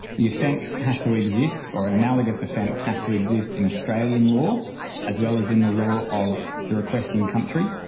the offence has to exist or an analogous offence has to exist in australian law as well as in the law of the requesting country.